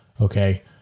Okay